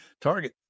Target